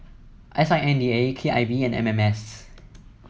S I N D A K I V and M M S